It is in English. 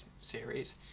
series